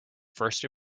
first